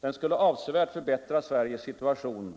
Den skulle avsevärt förbättra Sveriges situation